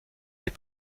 des